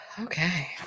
Okay